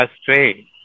astray